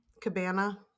cabana